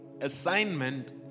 assignment